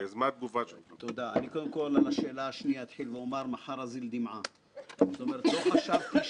עם הכוחות הקיימים ובעצם נהיה דובר לפני שבדק את כל הדברים לעומקם.